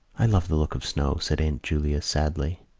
i love the look of snow, said aunt julia sadly.